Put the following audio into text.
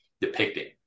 depicting